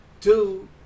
Two